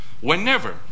whenever